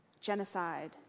genocide